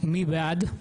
מי בעד?